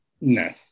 No